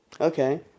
okay